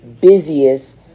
busiest